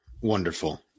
wonderful